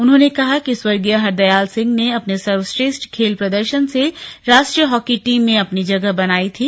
उन्होंने कहा कि स्वर्गीय हरदयाल सिंह ने अपने सर्वश्रेष्ठ खेल प्रदर्शन से राष्ट्रीय हॉकी टीम में अपनी जगह बनायी थी